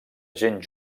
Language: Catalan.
gent